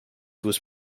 was